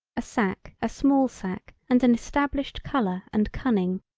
a sac a small sac and an established color and cunning,